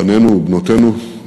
בנינו ובנותינו,